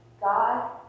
God